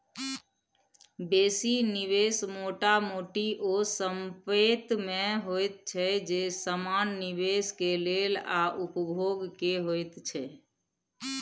बेसी निवेश मोटा मोटी ओ संपेत में होइत छै जे समान निवेश के लेल आ उपभोग के होइत छै